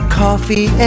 coffee